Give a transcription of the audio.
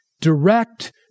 direct